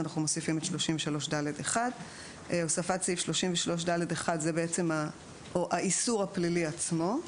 אז אנחנו מוסיפים את 33ד1. סעיף 33ד1 זה האיסור הפלילי עצמו.